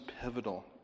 pivotal